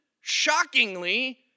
shockingly